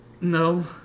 No